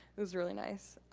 it was really nice.